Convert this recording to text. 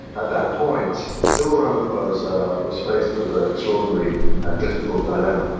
at that point, cyril ramaphosa was faced with an extraordinary and difficult dilemma.